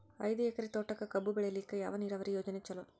ಐದು ಎಕರೆ ತೋಟಕ ಕಬ್ಬು ಬೆಳೆಯಲಿಕ ಯಾವ ನೀರಾವರಿ ಯೋಜನೆ ಚಲೋ?